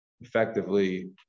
effectively